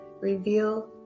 reveal